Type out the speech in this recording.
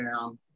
down